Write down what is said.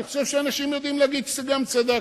אני חושב שאנשים יודעים להגיד שגם צדקנו.